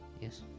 Yes